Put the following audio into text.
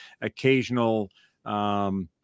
occasional